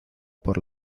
por